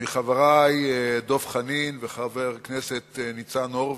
מחברי דב חנין ומחבר הכנסת ניצן הורוביץ,